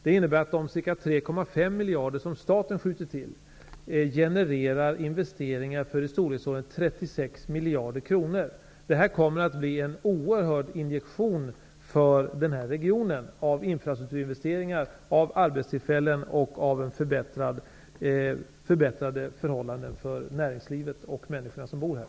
Det innebär att de ca 3,5 miljarder som staten skjuter till genererar investeringar för i storleksordningen 36 miljarder kronor. Det här kommer att bli en oerhörd injektion för den här regionen -- i form av infrastrukturinvesteringar, arbetstillfällen och förbättrade förhållanden för näringslivet och människorna som bor här.